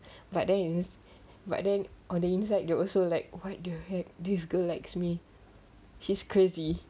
but then you know but then on the inside there also like what the heck this girl likes me she's crazy